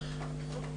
תודה.